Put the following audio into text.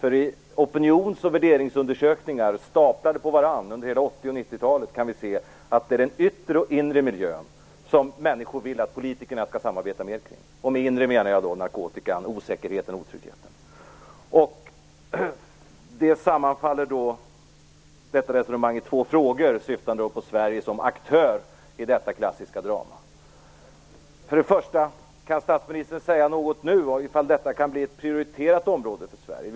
I de opinions och värderingsundersökningar som staplats på varandra under hela 80 och 90-talet kan vi se att det är den yttre och inre miljön som människor vill att politikerna skall samarbeta mer kring. Med inre miljö menar jag då t.ex. narkotikan, osäkerheten och otryggheten. Detta resonemang utmynnar i två frågor, syftande på Sverige som aktör i detta klassiska drama. För det första: Kan statsministern nu säga något om huruvida detta kan bli ett prioriterat område för Sverige?